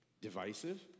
Divisive